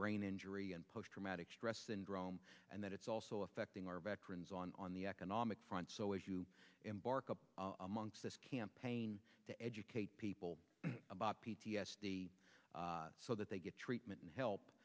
brain injury and post traumatic stress syndrome and that it's also affecting our veterans on on the economic front so as you embark up amongst this campaign to educate people about p t s d so that they get treatment and help